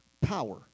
power